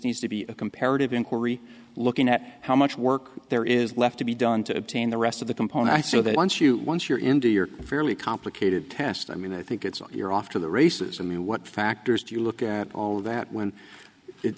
needs to be a comparative inquiry looking at how much work there is left to be done to obtain the rest of the component i so that once you once you're in do your fairly complicated task i mean i think it's like you're off to the races and what factors do you look at all of that when it